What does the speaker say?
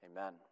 Amen